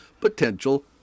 potential